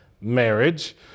marriage